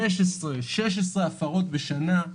15 16 הפרות בשנה,